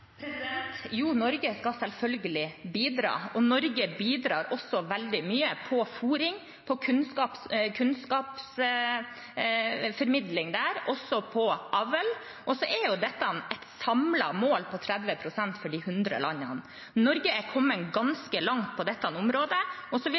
Jo, Norge skal selvfølgelig bidra, og Norge bidrar også veldig mye når det gjelder fôring – kunnskapsformidling der – og også når det gjelder avl. Dette er et samlet mål på 30 pst. for de 100 landene. Norge er kommet ganske langt på dette området. Jeg vil